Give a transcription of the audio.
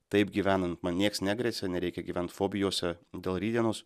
taip gyvenant man nieks negresia nereikia gyvent fobijose dėl rytdienos